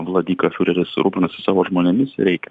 vladika fiureris rūpinasi savo žmonėmis reikia